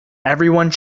everyone